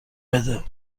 بده